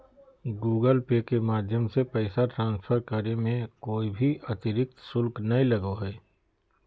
Google Pay के माध्यम से पैसा ट्रांसफर करे मे कोय भी अतरिक्त शुल्क नय लगो हय